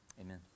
Amen